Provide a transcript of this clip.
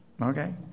Okay